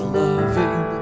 loving